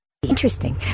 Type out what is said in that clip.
Interesting